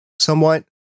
somewhat